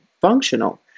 functional